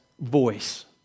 voice